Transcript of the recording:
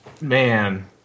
Man